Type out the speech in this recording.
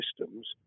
systems